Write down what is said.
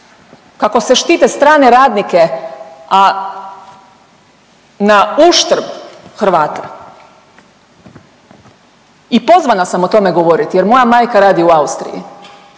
kako se štite strane radnike, a na uštrb Hrvata? I pozvana sam o tome govoriti jer moja majka radi u Austriji,